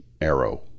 Arrow